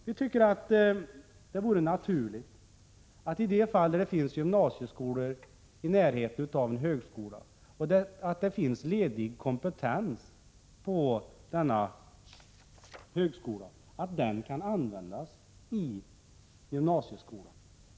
Vi tycker att det vore naturligt att i de fall då det finns gymnasieskolor i närheten av en högskola med ledig kompetens, denna kompetens skulle kunna användas också i gymnasieskolorna.